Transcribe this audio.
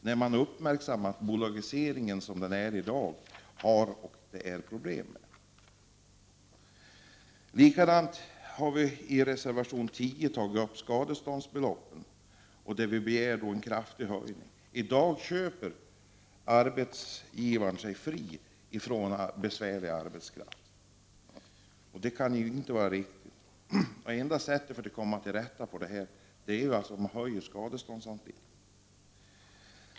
Det finns problem med bolagiseringen i dag. I reservation nr 10 tar vi upp skadeståndsbeloppens storlek, och vi begär en kraftig höjning av dem. I dag köper sig arbetsgivaren fri från besvärlig arbetskraft. Det kan inte vara riktigt. Enda sättet att komma till rätta med det är att höja skadeståndsbeloppen.